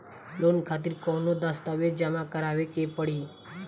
Loan खातिर कौनो दस्तावेज जमा करावे के पड़ी?